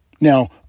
Now